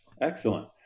Excellent